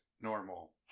normal